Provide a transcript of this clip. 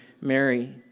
Mary